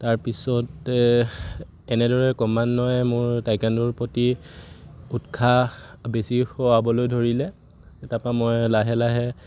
তাৰপিছতে এনেদৰে ক্ৰমান্বয় মোৰ টাইকোৱনড'ৰ প্ৰতি উৎসাহ বেছি সোমাবলৈ ধৰিলে তাপা মই লাহে লাহে